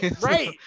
Right